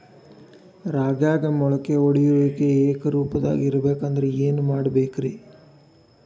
ರಾಗ್ಯಾಗ ಮೊಳಕೆ ಒಡೆಯುವಿಕೆ ಏಕರೂಪದಾಗ ಇರಬೇಕ ಅಂದ್ರ ಏನು ಮಾಡಬೇಕ್ರಿ?